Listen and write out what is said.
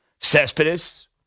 Cespedes